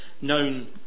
known